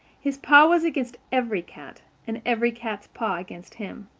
his paw was against every cat, and every cat's paw against him.